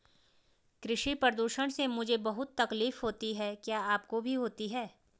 कृषि प्रदूषण से मुझे बहुत तकलीफ होती है क्या आपको भी होती है